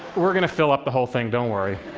we're going to fill up the whole thing, don't worry.